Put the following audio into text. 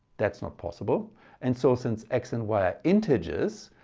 that's not possible and so since x and y are integers,